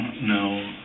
No